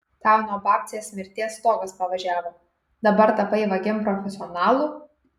tau nuo babcės mirties stogas pavažiavo dabar tapai vagim profesionalu